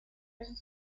vez